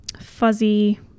fuzzy